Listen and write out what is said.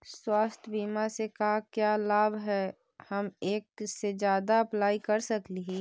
स्वास्थ्य बीमा से का क्या लाभ है हम एक से जादा अप्लाई कर सकली ही?